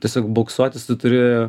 tiesiog boksuotis tu turi